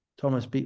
Thomas